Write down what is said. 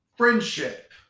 Friendship